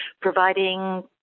providing